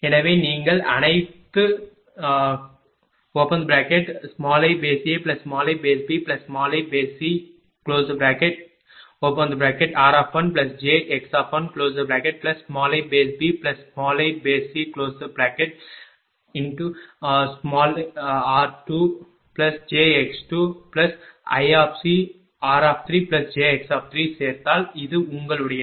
எனவே நீங்கள் அனைத்து iAiBiCr1jx1iBiCr2jx2iCr3jx3 சேர்த்தால் இது உங்களுடையது